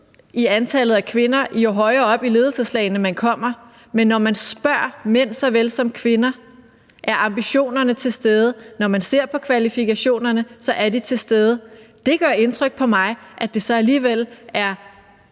i antallet af kvinder, jo højere op i ledelseslagene man kommer. Men når man spørger mænd såvel som kvinder, om ambitionerne er til stede, og når man ser på kvalifikationerne, så er de ting til stede. Det gør indtryk på mig, at der så alligevel